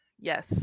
yes